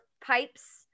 pipes